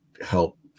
help